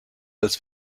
als